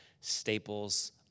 Staples